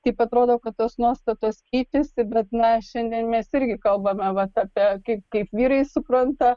taip atrodo kad tos nuostatos keičiasi bet na šiandien mes irgi kalbame vat apie kaip kaip vyrai supranta